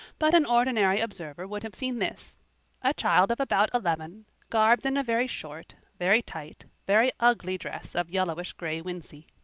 but an ordinary observer would have seen this a child of about eleven, garbed in a very short, very tight, very ugly dress of yellowish-gray wincey.